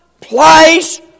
place